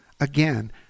Again